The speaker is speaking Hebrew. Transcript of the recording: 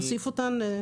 להוסיף אותן.